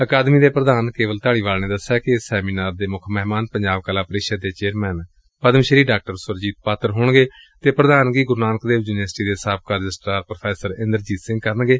ਅਕਾਦਮੀ ਦੇ ਪ੍ਰਧਾਨ ਕੇਵਲ ਧਾਲੀਵਾਲ ਨੇ ਦਸਿਆ ਕਿ ਏਸ ਸੈਮੀਨਾਰ ਦੇ ਮੁੱਖ ਮਹਿਮਾਨ ਪੰਜਾਬ ਕਲਾ ਪਰਿਸ਼ਦ ਦੇ ਚੇਅਰਮੈਨ ਪਦਮ ਸ੍ਰੀ ਡਾ ਸੁਰਜੀਤ ਪਾਤਰ ਹੋਣਗੇ ਅਤੇ ਪ੍ਰਧਾਨਗੀ ਗੁਰੂ ਨਾਨਕ ਦੇਵ ਯੁਨੀਵਰਸਿਟੀ ਦੇ ਸਾਬਕਾ ਰਜਿਸਟਰਾਰ ਪ੍ਰੋ ਇੰਦਰਜੀਤ ਸਿੰਘ ਕਰਨਗੇ